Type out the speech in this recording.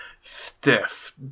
stiff